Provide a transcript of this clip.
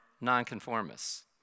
nonconformists